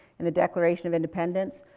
and the declaration of independence,